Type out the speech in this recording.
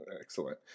Excellent